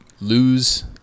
lose